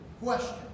question